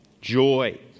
joy